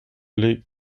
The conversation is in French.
les